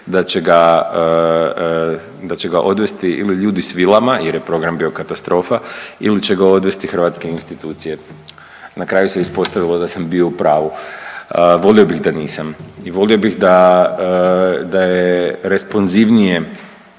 da će ga odvesti ili ljudi s vilama jer je program bio katastrofa ili će ga odvesti hrvatske institucije. Na kraju se ispostavilo da sam bio upravu, volio bih da nisam i volio bih da, da je responzivnije,